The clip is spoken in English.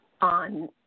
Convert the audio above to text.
on